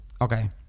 okay